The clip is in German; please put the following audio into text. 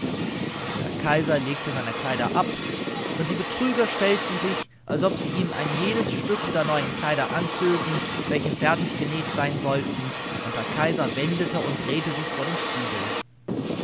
der kaiser legte seine kleider ab und die betrüger stellten sich als ob sie ihm ein jedes stück der neuen kleider anzögen welche fertig genäht sein sollten und der kaiser wendete und drehte sich vor dem spiegel